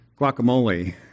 guacamole